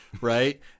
right